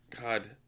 God